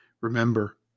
Remember